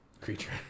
Creature